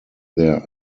their